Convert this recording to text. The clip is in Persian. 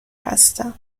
هستن